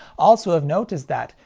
also of note is that,